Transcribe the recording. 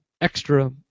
extra